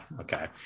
Okay